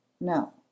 No